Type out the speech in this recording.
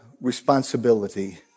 responsibility